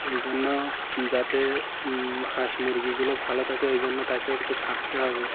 ওই জন্য যাতে হাঁস মুরগিগুলো ভালো থাকে ওই জন্য তাকে একটু ছাড়তে হবে